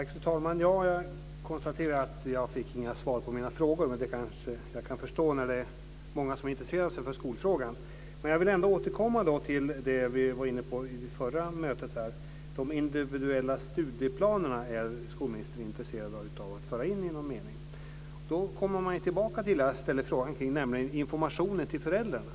Fru talman! Jag konstaterar att jag inte fick svar på mina frågor. Men det kan jag kanske förstå, eftersom det är många som intresserar sig för skolfrågan. Jag vill ändå återkomma till det vi var inne på vid det förra mötet. De individuella studieplanerna är skolministern intresserad av att föra in i någon mening. Då kommer man tillbaka till det jag ställde frågan om, nämligen informationen till föräldrarna.